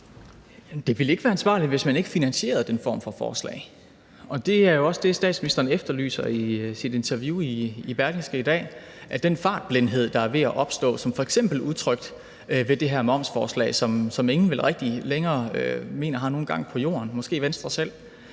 Det ville ikke være ansvarligt, hvis man ikke finansierede den form for forslag. Det er jo også det, statsministeren efterlyser i sit interview i Berlingske i dag. Den fartblindhed, der er ved at opstå, som f.eks. er udtrykt ved det her momsforslag, som ingen vel rigtig længere mener har nogen gang på jord, måske Venstre selv,